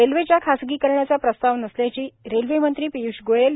रेल्वेच्या खासगीकारणाचा प्रस्ताव नसल्याचा रेल्वे मंत्री पीयूष गोयल